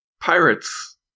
pirates